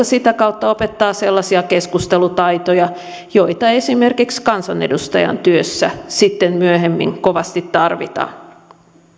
sitä kautta opettaa sellaisia keskustelutaitoja joita esimerkiksi kansanedustajan työssä sitten myöhemmin kovasti tarvitaan